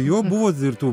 jo buvo d ir tų